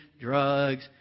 drugs